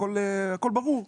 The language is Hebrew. הכול ברור.